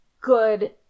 good